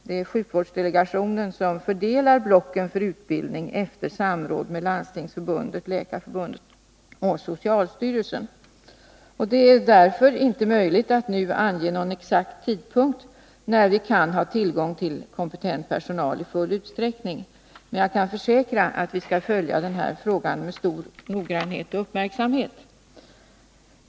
Det är sjukvårdsdelegationen som fördelar blocken för utbildning efter samråd med Landstingsförbundet, Läkarförbundet och socialstyrelsen, och det är därför inte möjligt att nu ange någon exakt tidpunkt när vi kan ha tillgång till kompetent personal i full utsträckning, men jag kan försäkra att vi skall följa den här frågan med stor noggrannhet och uppmärksamhet.